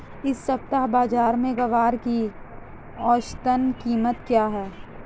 इस सप्ताह बाज़ार में ग्वार की औसतन कीमत क्या रहेगी?